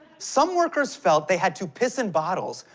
some workers felt they had to piss in bottles,